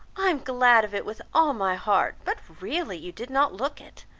i am glad of it with all my heart but really you did not look it.